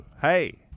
Hey